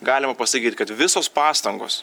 galima pasakyti kad visos pastangos